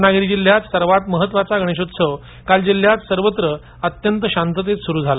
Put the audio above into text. रत्नागिरी जिल्ह्यातला सर्वात महत्त्वाचा गणेशोत्सव काल जिल्ह्यात सर्वत्र अत्यंत शांततेत सुरू झाला